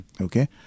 okay